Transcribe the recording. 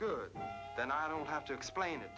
good then i don't have to explain